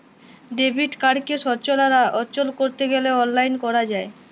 debit কাড়কে সচল আর অচল ক্যরতে গ্যালে অললাইল ক্যরা যায়